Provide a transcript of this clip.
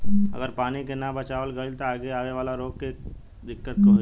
अगर पानी के ना बचावाल गइल त आगे आवे वाला लोग के दिक्कत होई